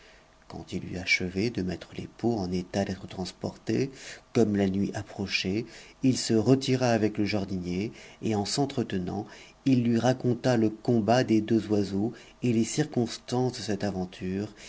quand it eut achevé de mettre les pots en étal d'être transportés comme la nuit approchait il se retira avec le jardinier et en s'entretenant il lui raconta le combat des deux oiseaux et les circonstances de cette aventure